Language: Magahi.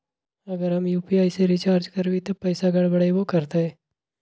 अगर हम यू.पी.आई से रिचार्ज करबै त पैसा गड़बड़ाई वो करतई?